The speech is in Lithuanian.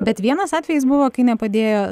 bet vienas atvejis buvo kai nepadėjo